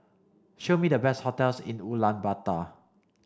show me the best hotels in Ulaanbaatar